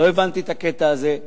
לא הבנתי את הקטע הזה.